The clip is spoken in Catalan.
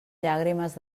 llàgrimes